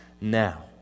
now